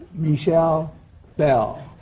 michel bell,